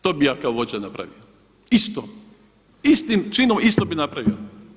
To bih ja kao vođa napravio, isto, istim činom isto bih napravio.